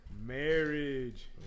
Marriage